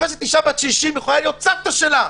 תופסת אישה בת 60 שיכולה להיות סבתא שלה,